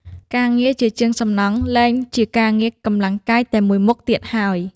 ការងារជាជាងសំណង់លែងជាការងារកម្លាំងកាយតែមួយមុខទៀតហើយ។